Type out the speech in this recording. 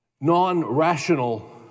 non-rational